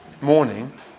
morning